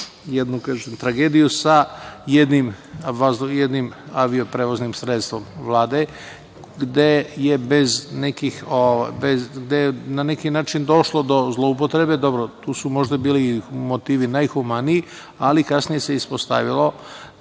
jednu tragediju sa jednim avio-prevoznim sredstvom Vlade, gde je na neki način došlo do zloupotrebe, a tu su možda bili i motivi najhumaniji, ali se kasnije ispostavilo